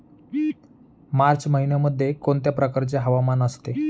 मार्च महिन्यामध्ये कोणत्या प्रकारचे हवामान असते?